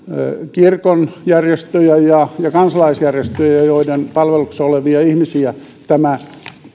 kirkon järjestöjä ja ja kansalaisjärjestöjä joiden palveluksessa olevia ihmisiä tämä